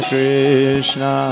Krishna